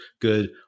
good